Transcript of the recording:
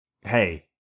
hey